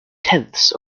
tenths